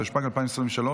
התשפ"ג 2023,